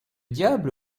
diable